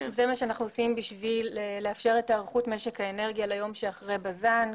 זה מה שאנחנו עושים כדי לאפשר את היערכות משק האנרגיה ליום שאחרי בז"ן.